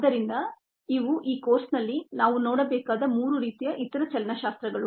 ಆದ್ದರಿಂದ ಇವು ಈ ಕೋರ್ಸ್ನಲ್ಲಿ ನಾವು ನೋಡಬೇಕಾದ ಮೂರು ರೀತಿಯ ಇತರ ಚಲನಶಾಸ್ತ್ರಗಳು